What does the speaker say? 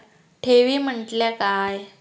ठेवी म्हटल्या काय?